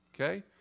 Okay